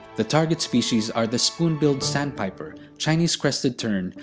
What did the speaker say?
the target species are the spoon-billed sandpiper, chinese crested tern,